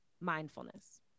mindfulness